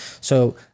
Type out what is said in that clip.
So-